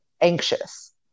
anxious